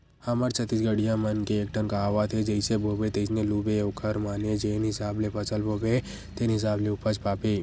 हमर छत्तीसगढ़िया मन के एकठन कहावत हे जइसे बोबे तइसने लूबे ओखर माने जेन हिसाब ले फसल बोबे तेन हिसाब ले उपज पाबे